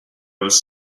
was